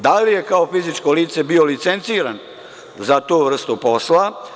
Da li je kao fizičko lice bio licenciran za tu vrstu posla?